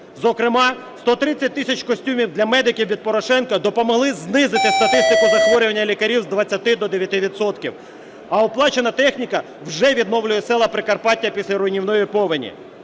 Зокрема, 130 тисяч костюмів для медиків від Порошенка допомогли знизити статистику захворювання лікарів з 20 до 9 відсотків. А оплачена техніка вже відновлює села Прикарпаття після руйнівної повені.